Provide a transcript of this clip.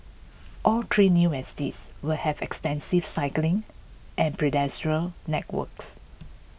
all three new estates will have extensive cycling and pedestrian networks